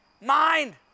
mind